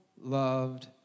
loved